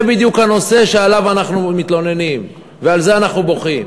זה בדיוק הנושא שעליו אנחנו מתלוננים ועל זה אנחנו מוחים.